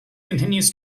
continues